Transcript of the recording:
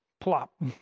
plop